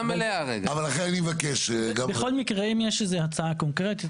--- בכל מקרה אם יש איזו הצעה קונקרטית,